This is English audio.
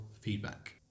feedback